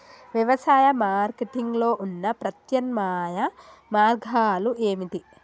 వ్యవసాయ మార్కెటింగ్ లో ఉన్న ప్రత్యామ్నాయ మార్గాలు ఏమిటి?